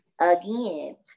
again